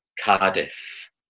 Cardiff